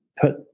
put